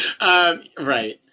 Right